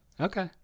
okay